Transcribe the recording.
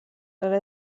داره